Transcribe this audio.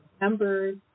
Members